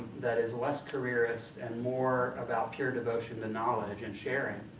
that is less careerist and more about pure devotion to knowledge and sharing.